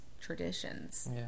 traditions